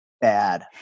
Bad